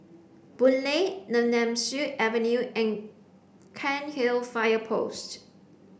Boon Lay Nemesu Avenue and Cairnhill Fire Post